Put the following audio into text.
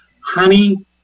honey